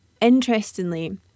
interestingly